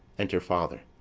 enter father.